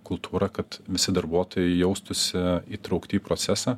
kultūrą kad visi darbuotojai jaustųsi įtraukti į procesą